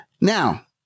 Now